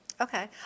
Okay